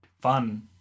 fun